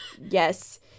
Yes